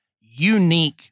unique